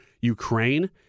Ukraine